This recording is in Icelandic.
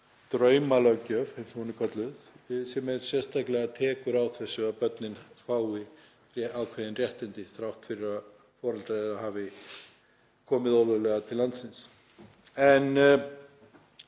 draumalöggjöf, eins og hún er kölluð, sem sérstaklega tekur á þessu, að börnin fá ákveðin réttindi þrátt fyrir að foreldrar þeirra hafi komið ólöglega til landsins. Ég